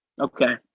Okay